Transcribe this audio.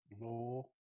law